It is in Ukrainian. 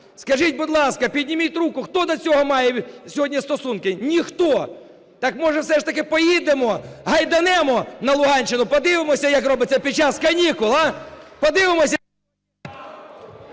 Скажіть, будь ласка, підніміть руку, хто до цього має сьогодні стосунки? Ніхто. Так може все ж таки поїдемо? Гайданемо на Луганщину, подивимося як робиться, під час канікул,